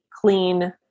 clean